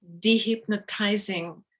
dehypnotizing